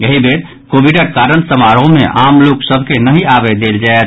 एहि बेर कोविडक कारण समारोह मे आम लोक सभ के नहि आबय देल जायत